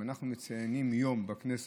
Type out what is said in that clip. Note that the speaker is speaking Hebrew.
אנחנו מציינים יום בכנסת,